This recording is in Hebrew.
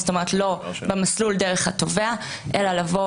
זאת אומרת לא במסלול דרך התובע אלא לבוא